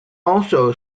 also